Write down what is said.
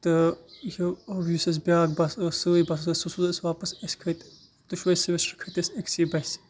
تہٕ یُس اَسہِ بیاکھ بَس ٲسۍ سٲنۍ بَس ٲسۍ سۄ سوٗز اَسہِ واپَس أسۍ کھٔتۍ دۄشوٕے سیمِسٹر کھٔتۍ أسۍ أکسٕے بَسہِ